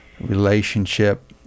relationship